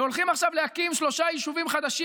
והולכים עכשיו להקים שלושה יישובים חדשים